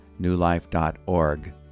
newlife.org